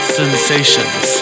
sensations